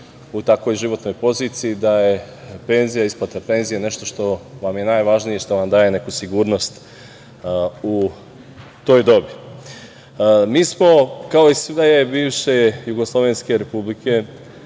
u takvoj životnoj poziciji da je isplata penzija nešto što vam je najvažnije i nešto što vam daje neku sigurnost u toj dobi. Mi smo kao i sve bivše jugoslovenske republike